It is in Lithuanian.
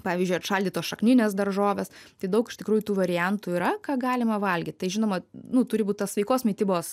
pavyzdžiui atšaldytos šakninės daržovės tai daug iš tikrųjų tų variantų yra ką galima valgyt tai žinoma nu turi būt tas sveikos mitybos